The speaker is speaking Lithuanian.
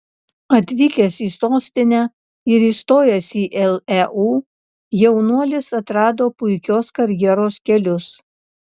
atvykęs į sostinę ir įstojęs į leu jaunuolis atrado puikios karjeros kelius